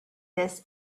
this